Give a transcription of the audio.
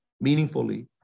meaningfully